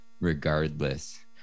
regardless